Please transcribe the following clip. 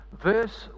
verse